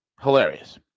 hilarious